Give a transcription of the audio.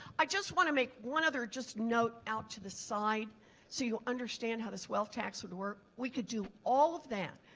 i just want to make one other just note out to the side so you understand how this wealth tax works. we can do all of that.